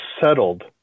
settled